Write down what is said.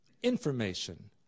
Information